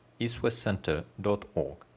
eastwestcenter.org